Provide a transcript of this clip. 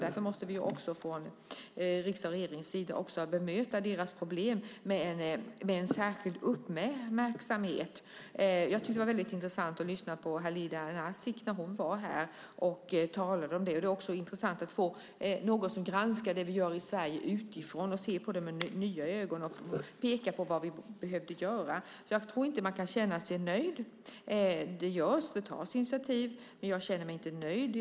Därför måste vi också från riksdagens och regeringens sida bemöta deras problem med en särskild uppmärksamhet. Det var väldigt intressant att lyssna på Halida Nasic när hon var här och talade om detta. Det är också intressant att få någon som utifrån granskar det vi gör i Sverige, ser på det med nya ögon och pekar på vad vi behöver göra. Jag tror inte att man kan känna sig nöjd. Det tas initiativ, men jag känner mig inte nöjd.